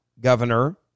governor